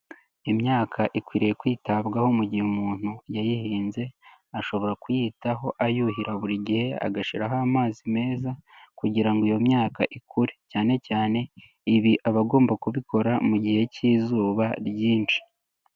Imyaka ikwiriye kwitabwaho mu gihe umuntu yayihinze, ashobora kuyitaho ayuhira buri gihe, agashyiraho amazi meza kugira ngo iyo myaka ikure, cyane cyane ibi abagomba kubikora mu gihe cy'izuba ryinshi,